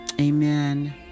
Amen